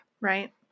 Right